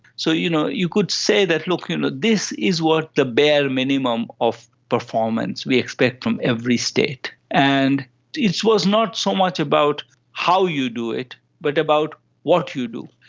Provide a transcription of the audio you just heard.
so you know you could say, look, and this is what the bare minimum of performance we expect from every state. and it was not so much about how you do it but about what you do,